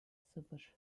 sıfır